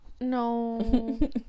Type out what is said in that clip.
No